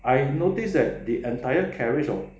I noticed that the entire carriage of